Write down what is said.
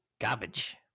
Garbage